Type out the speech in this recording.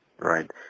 Right